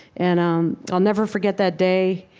and um i'll never forget that day,